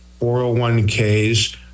401ks